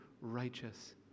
righteous